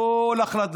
כל החלטה.